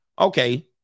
Okay